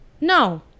no